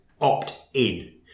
opt-in